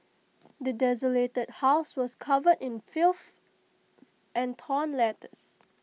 the desolated house was covered in filth and torn letters